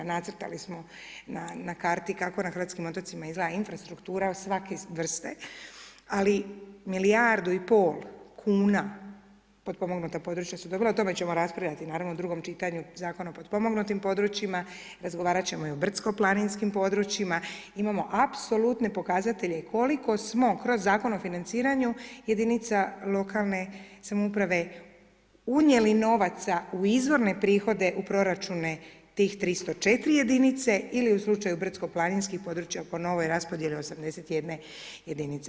Nacrtali smo na karti kako na hrvatskim otocima izgleda infrastruktura svake vrste, ali 1,5 milijardu kuna potpomognuta područja su dobila o tome ćemo raspravljati naravno u drugom čitanju Zakona o potpomognutim područjima, razgovarat ćemo i o brdsko-planinskim područjima imamo apsolute pokazatelje koliko smo kroz Zakon o financiranju jedinica lokalne samouprave unijeli novaca u izvorne prihode u proračune tih 304 jedinice ili u slučaju brdsko-planinskih područja po novoj raspodjeli 81 jedinice.